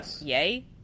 yay